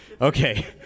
okay